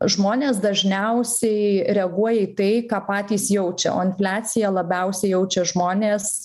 žmonės dažniausiai reaguoja į tai ką patys jaučia o infliaciją labiausiai jaučia žmonės